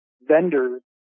vendors